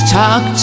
talk